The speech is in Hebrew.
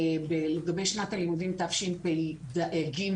לגבי שנת הלימודים תשפ"ג,